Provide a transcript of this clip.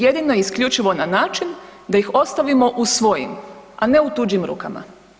Jedino i isključivo na način da ih ostavimo u svojim, a ne u tuđim rukama.